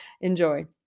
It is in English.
Enjoy